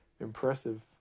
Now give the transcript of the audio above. impressive